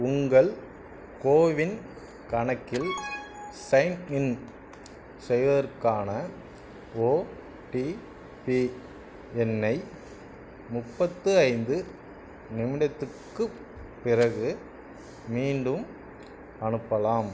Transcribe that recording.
உங்கள் கோவின் கணக்கில் சைன்இன் செய்வதற்கான ஓடிபி எண்ணை முப்பத்தி ஐந்து நிமிடத்துக்குப் பிறகு மீண்டும் அனுப்பலாம்